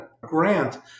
grant